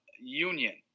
union